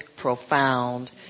profound